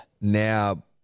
Now